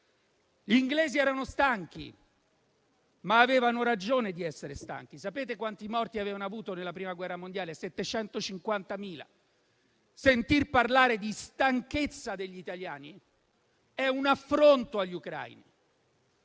Gli inglesi erano stanchi, ma avevano ragione di esserlo. Sapete quanti morti avevano avuto nella prima guerra mondiale? Ne hanno avuti 750.000. Sentir parlare di stanchezza degli italiani è un affronto agli ucraini.